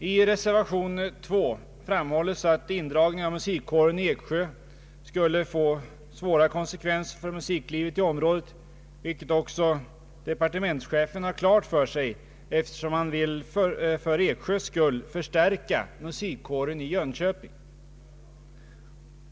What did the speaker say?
I reservation 2 framhålles att indragningen av musikkåren i Eksjö skulle få svåra konsekvenser för musiklivet i området, vilket också departementschefen har klart för sig, eftersom han — för Eksjös skull — vill förstärka musikkåren i Jönköping.